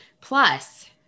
Plus